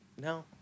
no